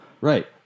Right